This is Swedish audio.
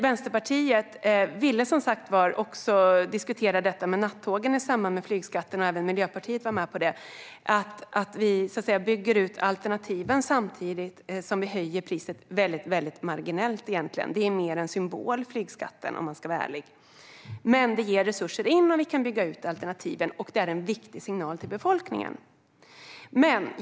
Vänsterpartiet och Miljöpartiet ville diskutera nattågen i samband med flygskatten, att vi bygger ut alternativen samtidigt som vi höjer priset för flyget marginellt. Om man ska vara ärlig är flygskatten mer en symbol. Men den ger resurser så att vi kan bygga ut alternativen, och det är en viktig signal till befolkningen.